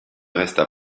resta